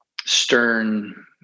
stern